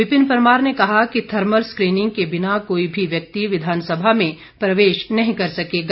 विपिन परमार ने कहा कि थर्मल स्कीनिंग के बिना कोई भी व्यक्ति विधानसभा में प्रवेश नहीं कर सकेगा